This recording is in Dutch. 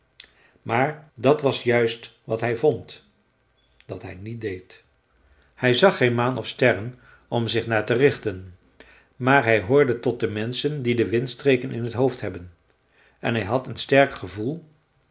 maar dat was juist wat hij vond dat hij niet deed hij zag geen maan of sterren om zich naar te richten maar hij hoorde tot de menschen die de windstreken in het hoofd hebben en hij had een sterk gevoel